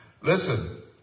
Listen